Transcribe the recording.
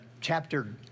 chapter